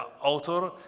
author